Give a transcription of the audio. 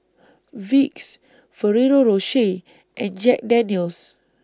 Vicks Ferrero Rocher and Jack Daniel's